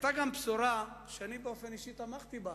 היתה גם בשורה, שאני באופן אישי תמכתי בה,